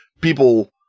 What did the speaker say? people